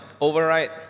override